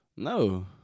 No